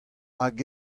hag